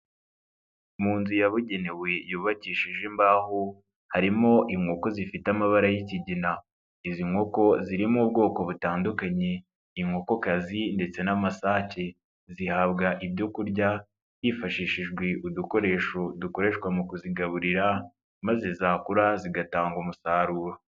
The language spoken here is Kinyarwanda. Mu nzu yabugenewe yubakishije imbaho harimo inkoko zifite amabara y'ikigina, izi nkoko zirimo ubwoko butandukanye inkokokazi ndetse n'amasake, zihabwa ibyoku kurya hifashishijwe udukoresho dukoreshwa mu kuzigaburira maze zakura zigatanga umusaruro.